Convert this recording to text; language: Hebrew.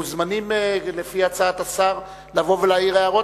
אתם מוזמנים לפי הצעת השר לבוא ולהעיר הערות,